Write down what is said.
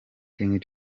king